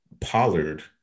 Pollard